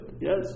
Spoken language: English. Yes